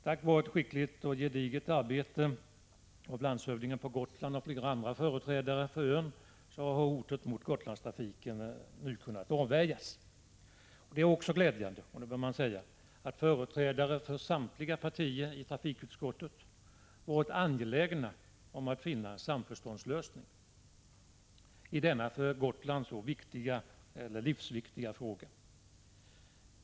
Tack vare ett skickligt och gediget arbete av landshövdingen på Gotland och av flera andra företrädare för ön har hotet mot Gotlandstrafiken nu kunnat avvärjas. Det är också glädjande att företrädare för samtliga partier i trafikutskottet har varit angelägna att finna en samförståndslösning i denna för Gotland så livsviktiga fråga.